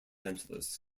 angeles